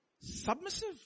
submissive